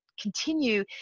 continue